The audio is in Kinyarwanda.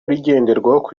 ngenderwaho